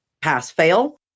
pass-fail